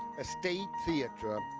a state theater,